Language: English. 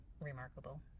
remarkable